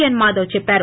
yes Madhav చెప్పారు